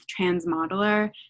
Transmodeler